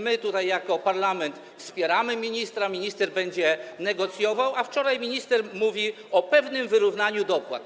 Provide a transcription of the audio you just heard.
My tutaj jako parlament wspieramy ministra, minister będzie negocjował, a wczoraj minister mówi o pewnym wyrównaniu dopłat.